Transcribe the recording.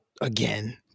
again